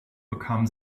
bekam